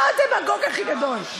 אתה הדמגוג הכי גדול.